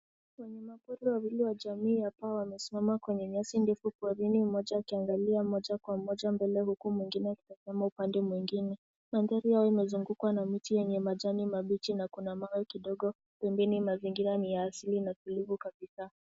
Wanyama pori wawili wa jamii ya paa wamesimama kwenye nyasi ndefu porini mmoja akiangalia moja kwa moja mbele huku mwingine akitazama upande mwingine. Mandhari yao imezungukwa na miti yenye majani mabichi na kuna mawe kidogo. Pembeni mazingira ni ya asili na tulivu kabisa.